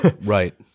Right